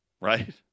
right